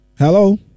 Hello